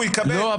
הוא יקבל --- לא,